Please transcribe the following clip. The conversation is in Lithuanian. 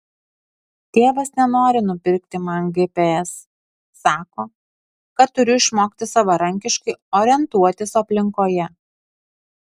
tėvas nenori nupirkti man gps sako kad turiu išmokti savarankiškai orientuotis aplinkoje